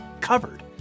covered